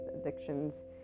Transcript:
addictions